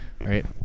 right